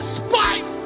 spite